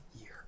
year